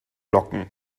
locken